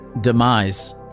demise